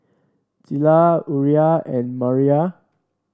Zella Uriah and Maria